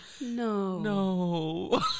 No